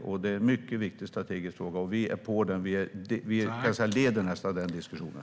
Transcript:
Detta är mycket viktigt strategiskt, och vi är mycket engagerade i detta. Jag skulle säga att det närmast är vi som leder den diskussionen.